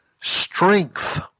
strength